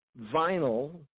vinyl